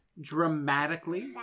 dramatically